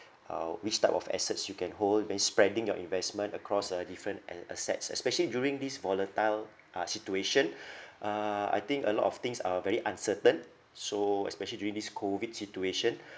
uh which type of assets you can hold I mean spreading your investment across uh different and assets especially during this volatile uh situation uh I think a lot of things are very uncertain so especially during this COVID situation